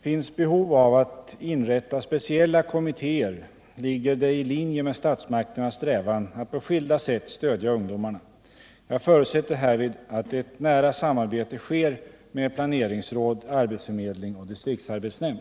finns behov av att inrätta speciella kommittéer, ligger det i linje med statsmakternas strävan att på skilda sätt stödja ungodmarna. Jag förutsätter härvid att ett nära samarbete sker med planeringsråd, arbetsförmedling och distriktsarbetsnämnd.